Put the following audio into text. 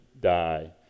die